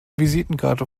visitenkarte